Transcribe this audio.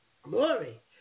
Glory